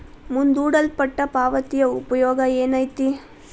ಮುಂದೂಡಲ್ಪಟ್ಟ ಪಾವತಿಯ ಉಪಯೋಗ ಏನೈತಿ